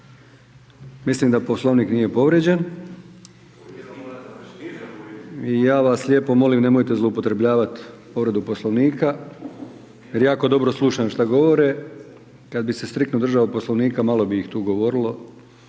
Mislim da Poslovnik nije povrijeđen. I ja vas lijepo molim nemojte zloupotrebljavati povredu Poslovnika, jer jako dobro slušam šta govore. Kad bih se striktno držao Poslovnika malo bi ih tu govorilo